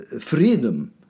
freedom